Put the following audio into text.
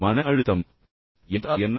மன அழுத்தம் என்றால் என்ன